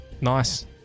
Nice